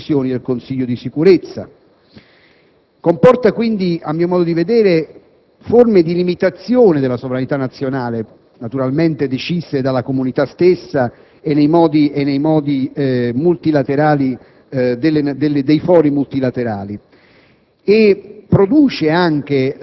che le Nazioni Unite assegnano alle decisioni del Consiglio di sicurezza. Pertanto, esso comporta, a mio modo di vedere, forme di limitazione della sovranità nazionale, naturalmente decise dalla comunità stessa e nei modi dei fori multilaterali,